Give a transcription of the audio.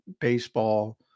baseball